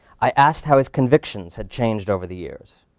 i asked how his convictions had changed over the years.